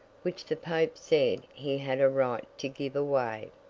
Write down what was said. which the pope said he had a right to give away,